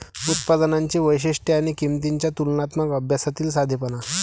उत्पादनांची वैशिष्ट्ये आणि किंमतींच्या तुलनात्मक अभ्यासातील साधेपणा